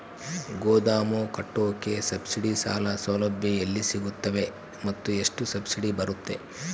ಗೋದಾಮು ಕಟ್ಟೋಕೆ ಸಬ್ಸಿಡಿ ಸಾಲ ಸೌಲಭ್ಯ ಎಲ್ಲಿ ಸಿಗುತ್ತವೆ ಮತ್ತು ಎಷ್ಟು ಸಬ್ಸಿಡಿ ಬರುತ್ತೆ?